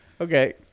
okay